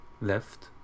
left